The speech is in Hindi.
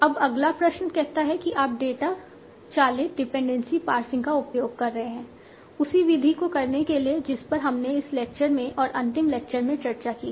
अब अगला प्रश्न कहता है कि आप डेटा चालित डिपेंडेंसी पार्सिंग का उपयोग कर रहे हैं उसी विधि को करने के लिए जिस पर हमने इस लेक्चर में और अंतिम लेक्चर में चर्चा की है